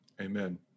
Amen